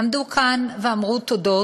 עמדו כאן ואמרו תודות,